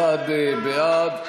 31 בעד,